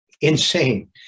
insane